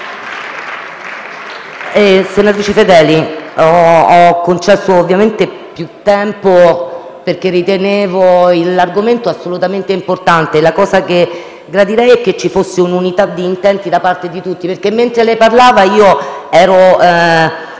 Fedeli, le ho concesso più tempo perché ritengo l'argomento assolutamente importante. La cosa che gradirei è che ci fosse un'unità di intenti da parte di tutti, perché mentre lei parlava mi è